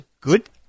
good